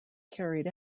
carried